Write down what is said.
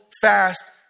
fast